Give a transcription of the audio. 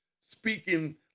speaking